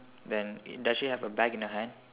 then does she have a bag in her hand